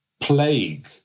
plague